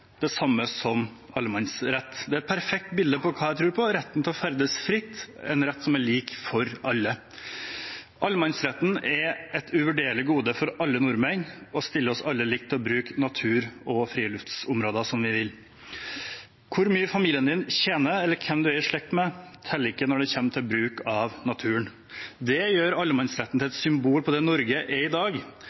det samme som allemannsrett. Det er et perfekt bilde av det jeg tror på: retten til å ferdes fritt – en rett som er lik for alle. Allemannsretten er et uvurderlig gode for alle nordmenn og stiller oss alle likt i å bruke natur- og friluftsområder som vi vil. Hvor mye familien din tjener, eller hvem man er i slekt med, teller ikke når det handler om bruk av naturen. Det gjør allemannsretten til et symbol på det Norge er i dag,